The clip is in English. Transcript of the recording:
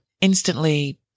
instantly